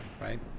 right